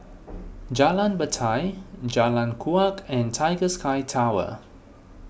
Jalan Batai Jalan Kuak and Tiger Sky Tower